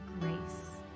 grace